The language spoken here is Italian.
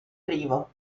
privo